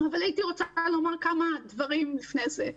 אבל הייתי רוצה לומר כמה דברים לפני כן.